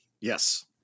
Yes